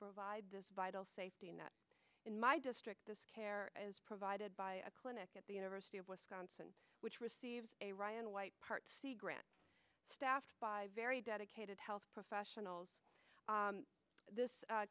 provide this vital safety net in my district this care is provided by a clinic at the university of wisconsin which receives a ryan white part c grant staffed by very dedicated health professionals this